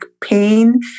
pain